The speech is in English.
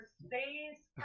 space